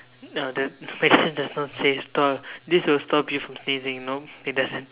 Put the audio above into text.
nah the medicine doesn't say stop this will stop you from sneezing no it doesn't